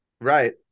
right